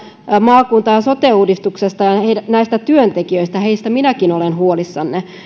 maakunta ja sote uudistuksesta ja näistä työntekijöistä heistä minäkin olen